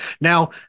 Now